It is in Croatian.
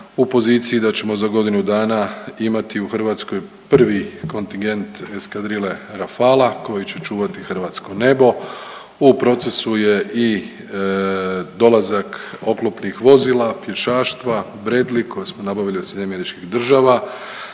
u poziciji da ćemo za godinu dana imati u Hrvatskoj prvi kontingent eskadrile Rafala koji će čuvati hrvatsko nebo, u procesu je i dolazak oklopnih vozila, pješaštva, Bradley koje smo nabavili od SAD-a, dogovorili